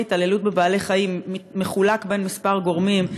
התעללות בבעלי-חיים מחולקת בין כמה גורמים,